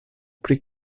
pri